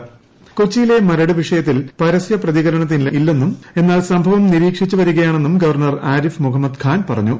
Maradu governor കൊച്ചിയിലെ മരട് വിഷയത്തിൽ പരസൃ പ്രതികരണത്തിനില്ലെന്നും എന്നാൽ സംഭവം നിരീക്ഷിച്ച് വരികയാണെന്നും ഗവർണ്ണർ ആരിഫ് മുഹമ്മദ് ഖാൻ പറഞ്ഞു